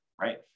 right